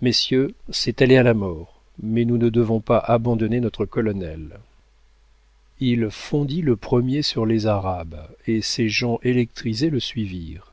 messieurs c'est aller à la mort mais nous ne devons pas abandonner notre colonel il fondit le premier sur les arabes et ses gens électrisés le suivirent